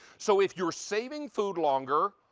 so if you're saving food longer,